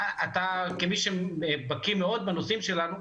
אתה כמי שבקיא מאוד בנושאים שלנו,